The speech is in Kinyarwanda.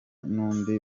n’undi